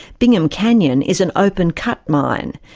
bingham canyon is an open cut mine.